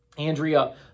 Andrea